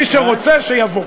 מי שרוצה, שיבוא.